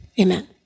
amen